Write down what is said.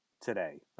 today